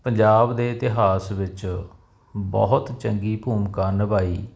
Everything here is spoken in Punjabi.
ਪੰਜਾਬ ਦੇ ਇਤਿਹਾਸ ਵਿੱਚ ਬਹੁਤ ਚੰਗੀ ਭੂਮਿਕਾ ਨਿਭਾਈ